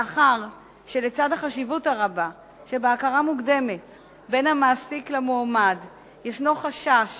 מאחר שלצד החשיבות הרבה שבהיכרות מוקדמת בין המעסיק למועמד יש חשש